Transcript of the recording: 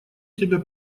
тебя